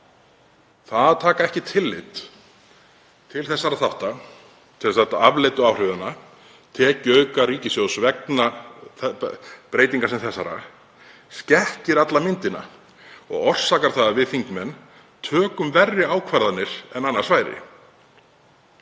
að taka ekki tillit til þessara þátta, til afleiddu áhrifanna, tekjuauka ríkissjóðs vegna breytinga sem þessara, skekkir alla myndina og orsakar það að við þingmenn tökum verri ákvarðanir en annars væri.